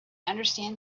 understand